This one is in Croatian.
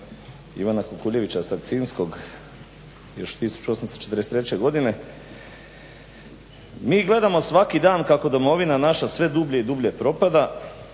Ivana Kukuljevića Sakcinskog još 1843. godine: mi gledamo svaki dana kako domovina naša sve dublje i dublje propada,